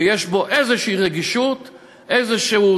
ויש בו רגישות כלשהי,